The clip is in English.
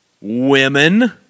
women